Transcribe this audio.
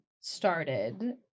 started